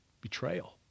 Betrayal